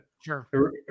Sure